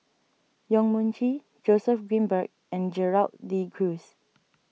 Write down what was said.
Yong Mun Chee Joseph Grimberg and Gerald De Cruz